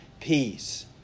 peace